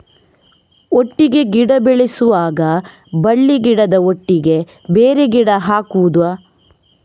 ಒಟ್ಟಿಗೆ ಗಿಡ ಬೆಳೆಸುವಾಗ ಬಳ್ಳಿ ಗಿಡದ ಒಟ್ಟಿಗೆ ಬೇರೆ ಗಿಡ ಹಾಕುದ?